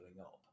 up